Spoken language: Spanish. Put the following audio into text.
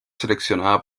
seleccionada